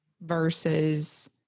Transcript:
versus